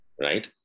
right